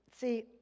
see